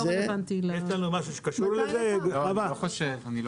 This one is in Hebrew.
אני לא